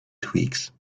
tweaks